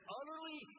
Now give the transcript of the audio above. utterly